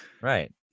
Right